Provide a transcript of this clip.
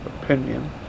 opinion